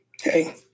hey